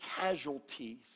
casualties